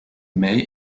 may